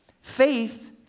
Faith